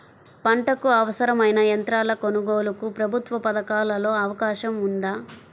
పంటకు అవసరమైన యంత్రాల కొనగోలుకు ప్రభుత్వ పథకాలలో అవకాశం ఉందా?